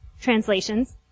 translations